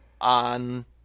on